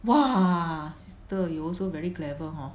!wah! sister you also very clever hor